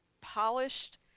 polished